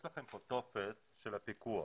יש לכם כאן טופס של הפיקוח.